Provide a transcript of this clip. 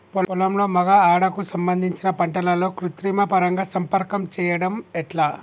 పొలంలో మగ ఆడ కు సంబంధించిన పంటలలో కృత్రిమ పరంగా సంపర్కం చెయ్యడం ఎట్ల?